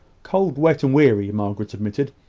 cold, wet, and weary, margaret admitted.